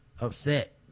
upset